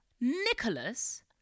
Nicholas